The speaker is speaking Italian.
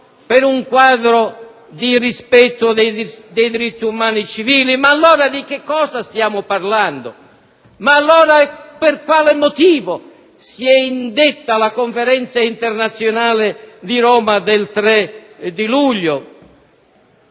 per un quadro di rispetto dei diritti umani e civili? Ma, allora, di che cosa stiamo parlando? Ma, allora, per quale motivo si è indetta la Conferenza internazionale di Roma del 3 luglio?